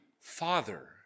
Father